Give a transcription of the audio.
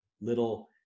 little